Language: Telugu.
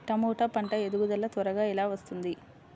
టమాట పంట ఎదుగుదల త్వరగా ఎలా వస్తుంది?